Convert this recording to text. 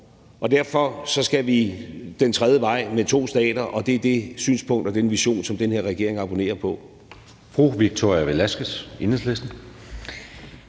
Derfor skal vi den tredje vej med to stater, og det er det synspunkt og den vision, som den her regering abonnerer på.